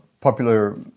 popular